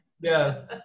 Yes